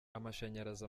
amashanyarazi